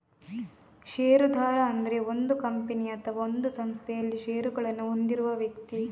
ಷೇರುದಾರ ಅಂದ್ರೆ ಒಂದು ಕಂಪನಿ ಅಥವಾ ಒಂದು ಸಂಸ್ಥೆನಲ್ಲಿ ಷೇರುಗಳನ್ನ ಹೊಂದಿರುವ ವ್ಯಕ್ತಿ